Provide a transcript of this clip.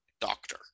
Doctor